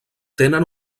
tenen